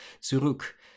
zurück